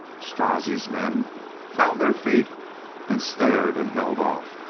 strozzi's men found their feet and stared and held off,